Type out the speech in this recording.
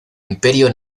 imperio